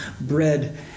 Bread